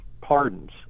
pardons